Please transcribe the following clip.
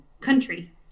country